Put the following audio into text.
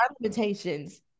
limitations